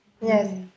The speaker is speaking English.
Yes